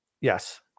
Yes